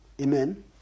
Amen